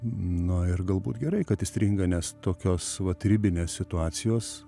nu ir galbūt gerai kad įstringa nes tokios vat ribinės situacijos